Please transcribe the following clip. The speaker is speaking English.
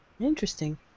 Interesting